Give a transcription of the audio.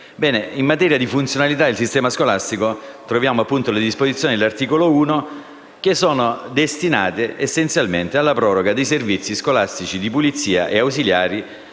In materia di funzionalità del sistema scolastico troviamo appunto le disposizioni dell'articolo 1, che sono destinate essenzialmente alla proroga dei servizi scolastici di pulizia e ausiliari